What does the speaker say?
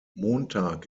montag